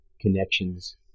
connections